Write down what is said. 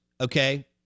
okay